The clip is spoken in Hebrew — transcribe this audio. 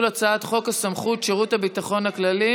הצעת חוק הסמכת שירות הביטחון הכללי